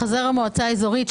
חבר המועצה האזורית,